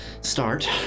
start